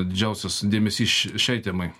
didžiausias dėmesys šiai temai